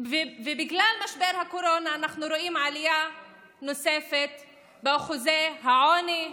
ובגלל משבר הקורונה אנחנו רואים עלייה נוספת בשיעורי העוני,